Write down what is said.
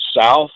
south